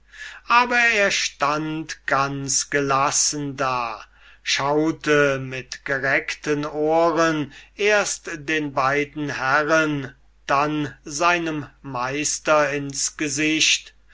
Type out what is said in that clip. aber er stund ganz gelassen da schaute mit gereckten ohren erst den beiden herren dann seinem meister ins gesicht